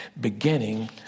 beginning